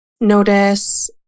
Notice